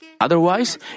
Otherwise